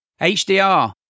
HDR